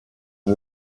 und